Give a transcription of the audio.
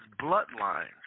bloodline